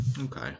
Okay